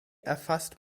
erfasst